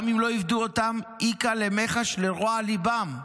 גם אם לא יפדו אותם איכא למיחש לרוע ליבם,